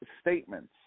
statements